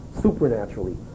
supernaturally